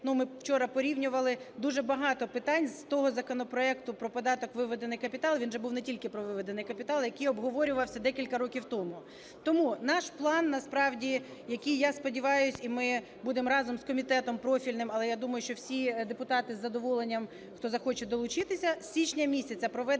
ми вчора порівнювали, дуже багато питань з того законопроекту про податок на виведений капітал, він же був не тільки про виведений капітал, який обговорювався декілька років тому. Тому наш план, насправді, який, я сподіваюся, і ми будемо разом з комітетом профільним, але, я думаю, що всі депутати із задоволенням, хто захоче долучитися, з січня місяця проведення